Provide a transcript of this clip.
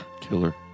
Killer